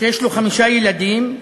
שיש לו חמישה ילדים,